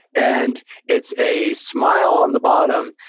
and it's a smile on the bottom,